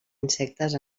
insectes